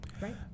right